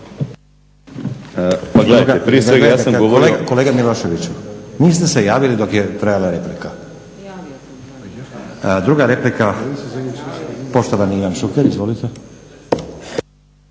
Pa gledajte, prije svega ja sam govorio … **Stazić, Nenad (SDP)** Kolega Miloševiću, niste se javili dok je trajala replika. Druga replika poštovani Ivan Šuker, izvolite.